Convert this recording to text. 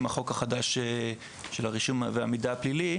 עם החוק החדש של הרישום והמידע הפלילי